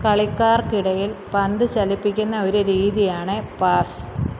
കളിക്കാർക്കിടയിൽ പന്ത് ചലിപ്പിക്കുന്ന ഒരു രീതിയാണ് പാസ്